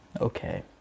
Okay